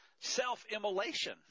self-immolation